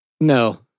No